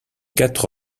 quatre